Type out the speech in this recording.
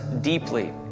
deeply